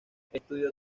estudió